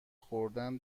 خوردن